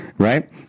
Right